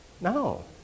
No